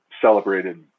celebrated